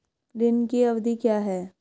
ऋण की अवधि क्या है?